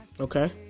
Okay